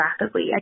rapidly